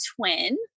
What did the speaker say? twin